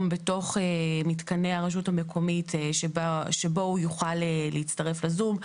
בתוך מתקני הרשות המקומית בו הוא יוכל להצטרף ל-זום.